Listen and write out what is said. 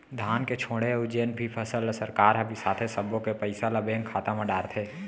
धान के छोड़े अउ जेन भी फसल ल सरकार ह बिसाथे सब्बो के पइसा ल बेंक खाता म डारथे